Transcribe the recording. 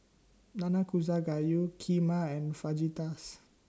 Nanakusa Gayu Kheema and Fajitas